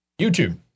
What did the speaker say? YouTube